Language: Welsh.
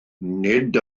nid